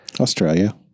Australia